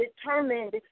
determined